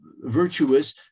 virtuous